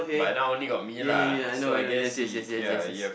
but now only got me lah so I guess he yeah you have